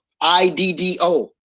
I-D-D-O